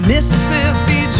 Mississippi